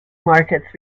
markets